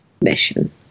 mission